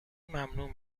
ممنوع